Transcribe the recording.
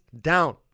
down